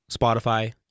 Spotify